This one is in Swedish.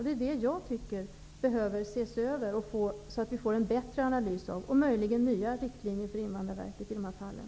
Det är det som enligt min uppfattning behöver ses över, så att vi får en bättre analys av situationen och möjligen nya riktlinjer för Invandrarverket i de här fallen.